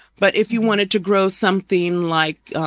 but if you wanted to grow something like,